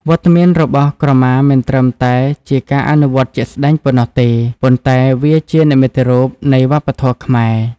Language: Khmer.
វត្តមានរបស់ក្រមាមិនត្រឹមតែជាការអនុវត្តជាក់ស្តែងប៉ុណ្ណោះទេ ប៉ុន្តែវាជានិមិត្តរូបនៃវប្បធម៌ខ្មែរ។